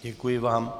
Děkuji vám.